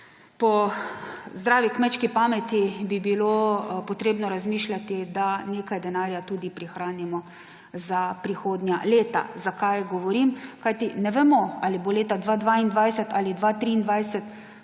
po zdravi kmečki pameti bi bilo trea razmišljati, da nekaj denarja tudi prihranimo za prihodnja leta. Zakaj to govorim? Ne vemo, ali bo leta 2022 ali 2023